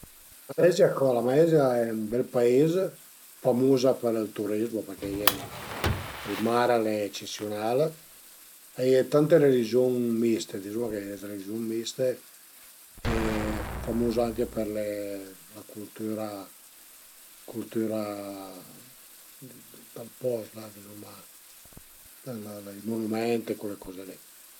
Mei genitur a sun na a sun na ën Piemunt perciò a parlu piemunteis, i noni i noni a sun püglieis però a sun venü su a Türin da cit, però pensu che ël so dialèt a sia ël fugian, ël fugian o ël brindizin perché me nonu a i era dë Brindisi